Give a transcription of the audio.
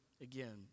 again